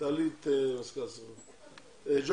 תעלי את מזכ"ל הסוכנות.